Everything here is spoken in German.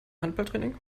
handballtraining